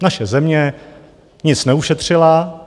Naše země nic neušetřila.